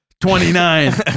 Twenty-nine